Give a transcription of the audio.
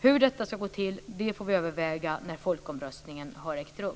Hur detta ska gå till får vi överväga när folkomröstningen har ägt rum.